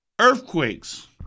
earthquakes